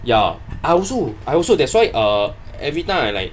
ya I also I also that's why err every time I like